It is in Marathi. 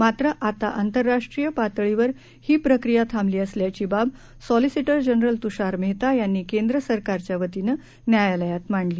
मात्र आता आंतरराष्ट्रीय पातळीवर ही प्रक्रिया थांबली असल्याची बाब सॉलिसीटर जनरल तुषार मेहता यांनी केंद्र सरकारच्या वतीनं न्यायालयात मांडली